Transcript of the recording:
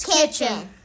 Kitchen